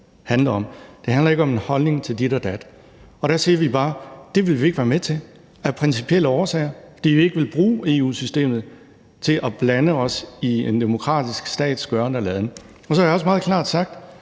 Det handler ikke om at have en holdning til dit og dat. Og der siger vi bare, at det vil vi ikke være med til af principielle årsager, fordi vi ikke vil bruge EU-systemet til at blande os i en demokratisk stats gøren og laden. Så har jeg også meget klart sagt,